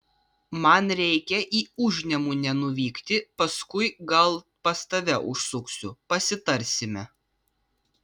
man reikia į užnemunę nuvykti paskui gal pas tave užsuksiu pasitarsime